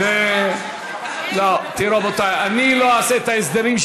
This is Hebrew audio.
אני לא אעשה את ההסדרים,